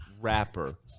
rapper